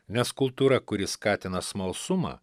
nes kultūra kuri skatina smalsumą